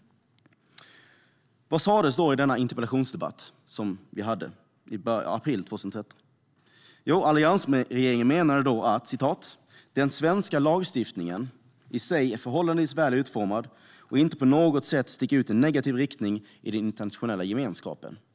Vad sas då i denna interpellationsdebatt i april 2013? Jo, alliansregeringen menade att "den svenska lagstiftningen i sig är förhållandevis väl utformad och inte på något sätt sticker ut i negativ riktning i den internationella gemenskapen".